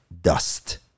dust